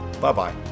Bye-bye